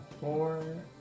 Four